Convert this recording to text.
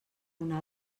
una